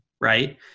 right